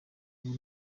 ubu